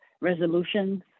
resolutions